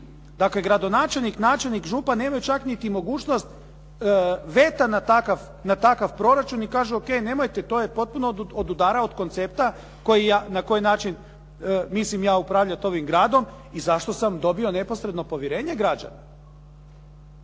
Dakle, gradonačelnik, načelnik, župan nemaju čak niti mogućnost veta na takav proračun i kažu O.k. nemojte to je potpuno odudara na koji način mislim ja upravljati ovim gradom i zašto sam dobio neposredno povjerenje građana.